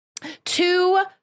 two